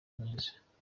neza